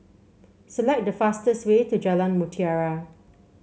select the fastest way to Jalan Mutiara